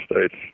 States